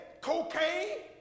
Cocaine